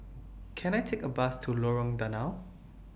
Can I Take A Bus to Lorong Danau